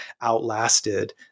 outlasted